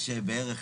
יש בערך